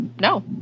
No